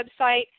website